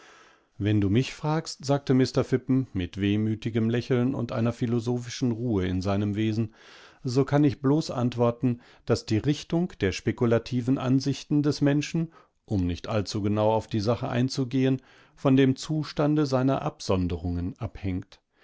wenn du mich fragst sagte mr phippen mit wehmütigem lächeln und einer philosophischenruheinseinemwesen sokannichbloßantworten daßdierichtung der spekulativen ansichten des menschen um nicht allzugenau auf die sache einzugehen von dem zustande seiner absonderungen abhängt